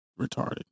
retarded